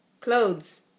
Clothes